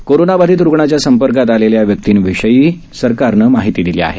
कोरोनाबाधित रुग्णाच्या संपर्कात आलेल्या व्यक्तींविषयीही सरकारनं माहिती दिली आहे